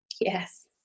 Yes